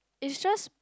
it's just